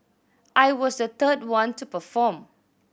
I was the third one to perform